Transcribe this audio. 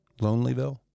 Lonelyville